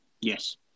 Yes